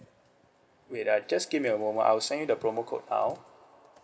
wait ah just give me a moment I'll send you the promo code now